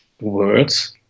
words